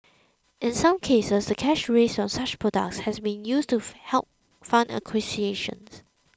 in some cases the cash raised from such products has been used to help fund